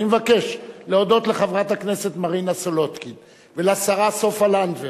אני מבקש להודות לחברת הכנסת מרינה סולודקין ולשרה סופה לנדבר